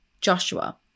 Joshua